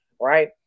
Right